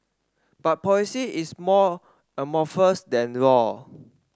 but policy is more amorphous than law